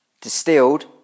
distilled